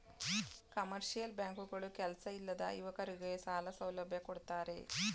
commercial bank ಗಳು ಕೆಲ್ಸ ಇಲ್ಲದ ಯುವಕರಗೆ ಸಾಲ ಸೌಲಭ್ಯ ಕೊಡ್ತಾರೆ